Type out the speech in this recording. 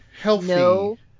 healthy